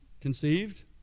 conceived